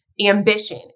ambition